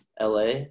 LA